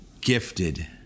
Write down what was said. gifted